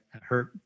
hurt